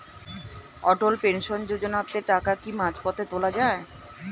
অটল pension যোজনাতে টাকা কি মাঝপথে তোলা যায়?